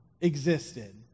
existed